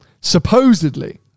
Supposedly